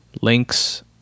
Links